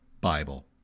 Bible